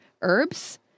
herbs